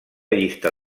llista